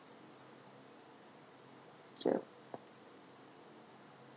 ja~